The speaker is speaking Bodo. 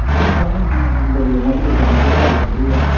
बिदिखौनो खालामनांगोन होमबा दाबल दाबल अमा बेदर जानायाबो बारा जादोलै आदा